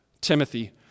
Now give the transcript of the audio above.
Timothy